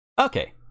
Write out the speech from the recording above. Okay